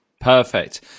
Perfect